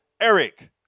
Eric